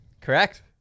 Correct